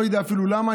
לא יודע אפילו למה,